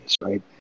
right